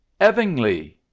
evingly